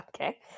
Okay